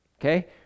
Okay